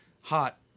hot